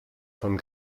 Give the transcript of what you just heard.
von